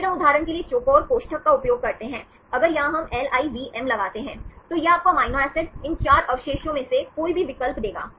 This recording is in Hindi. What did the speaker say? फिर हम उदाहरण के लिए चौकोर कोष्ठक का उपयोग करते हैं अगर यहाँ हम LI VM लगाते हैं तो यह आपको अमीनो एसिड इन 4 अवशेषों में से कोई भी विकल्प देगा